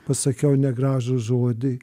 pasakiau negražų žodį